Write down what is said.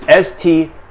ST